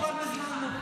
הוא כבר מזמן לא פה.